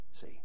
see